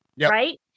right